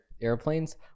airplanes